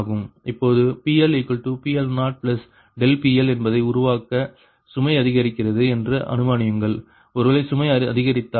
இப்பொழுது PLPL0PL என்பதை உருவாக்க சுமை அதிகரிக்கிறது என்று அனுமானியுங்கள் ஒருவேளை சுமை அதிகரித்தால்